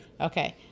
Okay